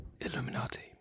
Illuminati